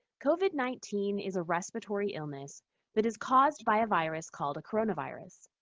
covid nineteen is a respiratory illness that is called by a virus called a coronavirus.